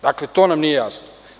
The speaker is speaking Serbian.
Dakle, to nam nije jasno.